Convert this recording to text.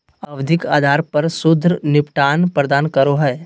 आवधिक आधार पर शुद्ध निपटान प्रदान करो हइ